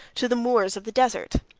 to the moors of the desert.